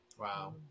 Wow